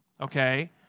okay